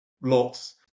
lots